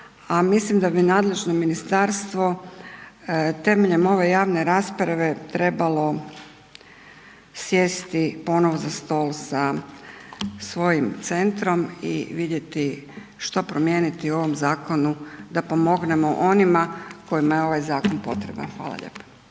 mislim da bi nadležno ministarstvo temeljem ove javne rasprave trebalo sjesti ponovo za stol sa svojim centrom i vidjeti što promijeniti u ovom zakonu da pomognemo onima kojima je ovaj zakon potreban. Hvala lijepo.